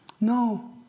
No